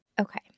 Okay